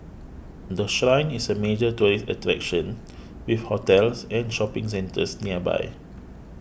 the Shrine is a major tourist attraction with hotels and shopping centres nearby